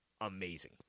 Amazing